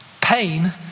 Pain